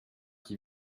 qui